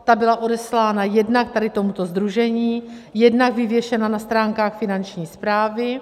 Ta byla odeslána jednak tady tomuto sdružení, jednak vyvěšena na stránkách Finanční správy.